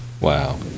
wow